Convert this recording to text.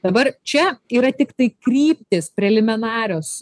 dabar čia yra tiktai kryptys preliminarios